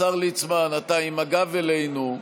השר ליצמן, אתה עם הגב אלינו.